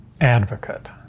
advocate